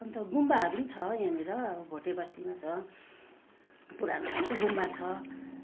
अन्त गुम्बाहरू पनि छ यहाँनिर भोटे बस्तीमा छ पुरानो गुम्बा छ